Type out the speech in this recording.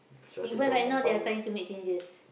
even right now they are trying to make changes